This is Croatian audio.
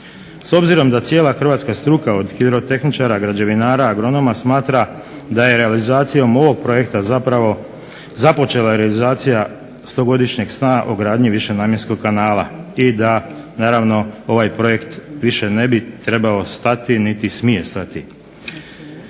s obzirom da cijela hrvatska struka od hidrotehničara, građevinara, agronoma smatra da je realizacijom ovog projekta zapravo započela realizacija stogodišnjeg sna o gradnji višenamjenskog kanala i da naravno ovaj projekt više ne bi trebao stati niti smije stati.